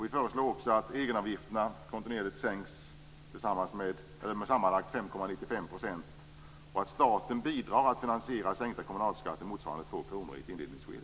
Vi föreslår också att egenavgifterna kontinuerligt sänks med sammanlagt 5,95 % och att staten bidrar till att finansiera sänkta kommunalskatter motsvarande 2 kr i ett inledningskede.